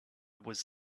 was